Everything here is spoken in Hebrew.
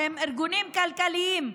שהם ארגונים כלכליים,